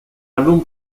álbum